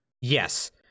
Yes